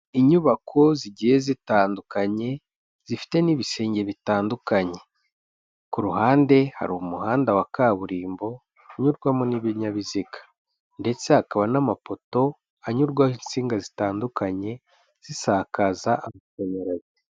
Inyubako zigiye zitandukanye, zifite n'ibisenge bitandukanye, ku ruhande hari umuhanda wa kaburimbo, unyurwamo n'ibinyabiziga ndetse hakaba n'amapoto anyurwaho insinga zitandukanye zisakaza amashanyarazi.